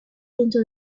into